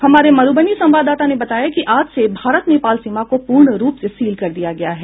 हमारे मध्रबनी संवाददाता ने बताया कि आज से भारत नेपाल सीमा को पूर्ण रूप से सील कर दिया गया है